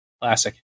Classic